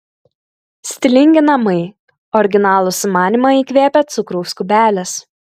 stilingi namai originalų sumanymą įkvėpė cukraus kubelis